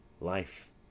life